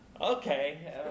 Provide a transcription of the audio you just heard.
okay